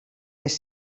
els